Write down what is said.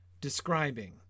describing